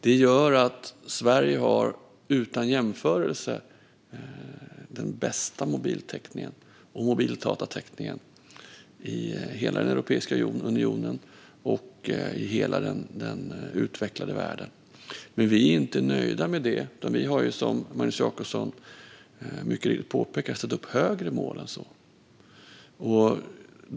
Det gör att Sverige har den bästa mobiltäckningen och mobildatatäckningen i hela Europeiska unionen och den utvecklade världen. Men vi är inte nöjda med det. Vi har, som Magnus Jacobsson mycket riktigt påpekar, satt upp högre mål än så.